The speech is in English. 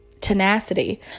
Tenacity